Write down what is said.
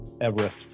Everest